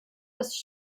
dass